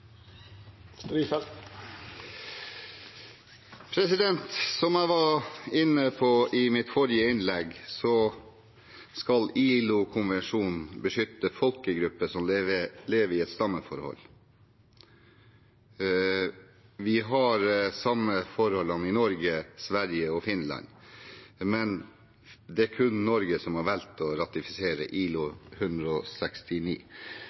Som jeg var inne på i mitt forrige innlegg, skal ILO-konvensjonen beskytte folkegrupper som lever i et stammeforhold. Vi har de samme forholdene i Norge, Sverige og Finland, men det er kun Norge som har valgt å ratifisere ILO-konvensjon nr. 169. Sverige og